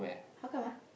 how come ah